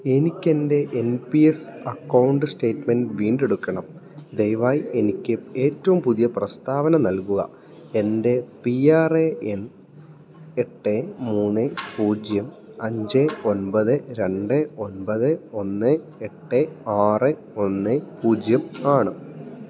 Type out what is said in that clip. എനിക്കെന്റെ N P S account statement വീണ്ടെടുക്കണം ദയവായി എനിക്ക് ഏറ്റവും പുതിയ പ്രസ്താവന നൽകുക എന്റെ പി ആർ എ എൻ എട്ട് മൂന്ന് പൂജ്യം അഞ്ച് ഒൻപത് രണ്ട് ഒൻപത് ഒന്ന് എട്ട് ആറ് ഒന്ന് പൂജ്യം ആണ്